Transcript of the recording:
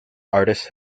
artists